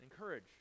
Encourage